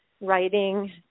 writing